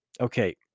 Okay